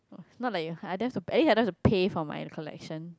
not like you I don't have to at least I don't have to pay for my collection